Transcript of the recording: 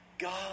God